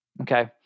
okay